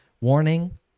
warning